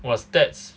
我 stats